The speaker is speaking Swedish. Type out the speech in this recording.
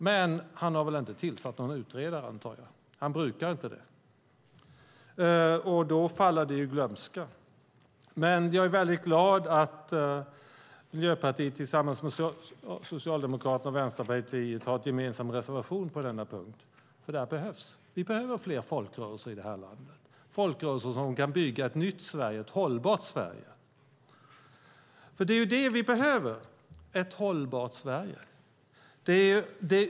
Men han har väl inte tillsatt en utredare, antar jag. Han brukar inte det. Då faller frågan i glömska. Men jag är glad att Miljöpartiet tillsammans med Socialdemokraterna och Vänsterpartiet har en gemensam reservation på denna punkt. Vi behöver fler folkrörelser i landet. Det ska vara folkrörelser som kan bygga ett nytt och hållbart Sverige. Vi behöver ett hållbart Sverige.